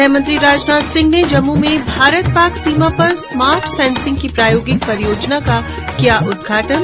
गृहमंत्री राजनाथ सिंह ने जम्मू में भारत पाक सीमा पर स्मार्ट फेंसिंग की प्रायोगिक पॅरियोजना का उद्घाटन किया